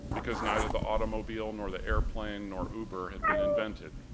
because neither the automobile nor the airplane nor uber had been invented.